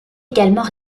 également